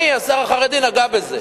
אני, השר החרדי, נגע בזה.